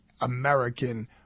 American